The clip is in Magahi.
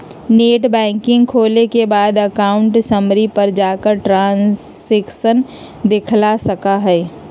नेटबैंकिंग खोले के बाद अकाउंट समरी पर जाकर ट्रांसैक्शन देखलजा सका हई